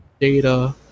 data